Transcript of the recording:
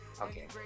Okay